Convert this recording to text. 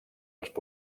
els